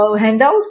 handouts